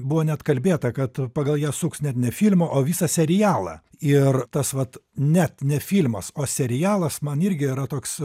buvo net kalbėta kad pagal ją suks net ne firmą o visą serialą ir tas vat net ne filmas o serialas man irgi yra toks